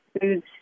Food's